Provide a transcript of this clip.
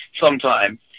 sometime